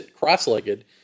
cross-legged